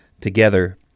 together